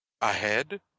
Ahead